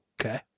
Okay